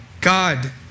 God